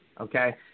okay